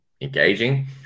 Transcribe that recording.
engaging